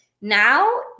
now